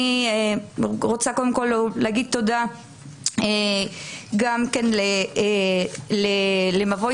אני רוצה להגיד פה תודה גם כן ל"מבוי